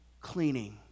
cleaning